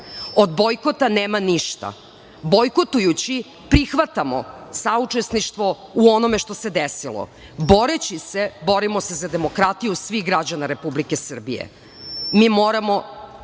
Od bojkota nema ništa. Bojkotujući prihvatamo saučesništvo u onome što se desilo. Boreći se borimo se za demokratiju svih građana Republike Srbije. **Ana